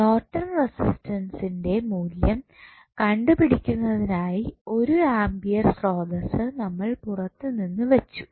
Norton resistance നിൻറെ മൂല്യം കണ്ടു പിടിക്കുന്നതിനായി ഒരു ആമ്പിയർ സ്രോതസ്സ് നമ്മൾ പുറത്തുനിന്ന് വച്ചു